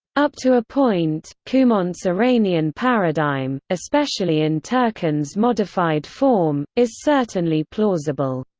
up to a point, cumont's iranian paradigm, especially in turcan's modified form, is certainly plausible.